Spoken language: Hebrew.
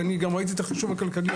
ואני גם ראיתי את החישוב הכלכלי,